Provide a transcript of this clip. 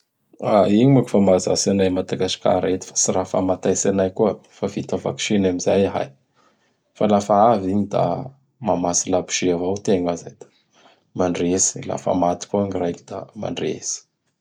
Igny moa k fa mahazatsy anay a Madagasikara eto fa tsy raha mahataitsy anay koa. Fa vita vaksiny amin'izay ahay. Fa laha fa igny da mamatsy labozy avao tegna zay da mandehitsy laha fa koa gny raiky da mandrehitsy.